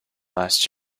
last